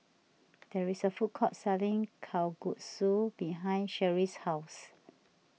there is a food court selling Kalguksu behind Sherrie's house